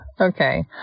Okay